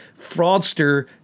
fraudster